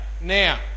Now